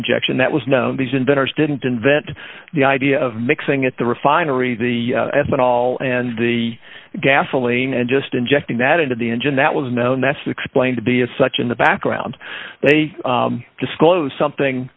injection that was known these inventors didn't invent the idea of mixing at the refinery the ethanol and the gasoline and just injecting that into the engine that was no nest explained to be as such in the background they disclose something